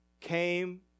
came